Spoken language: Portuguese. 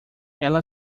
ela